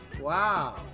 Wow